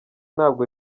ntabwo